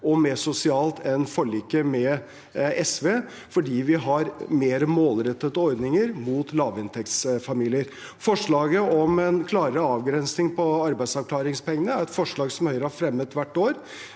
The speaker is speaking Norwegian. og mer sosialt enn forliket med SV, fordi vi har mer målrettede ordninger mot lavinntektsfamilier. Forslaget om en klarere avgrensning på arbeidsavklaringspengene er et forslag som Høyre har fremmet hvert år,